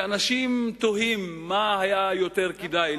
שאנשים תוהים מה היה יותר כדאי,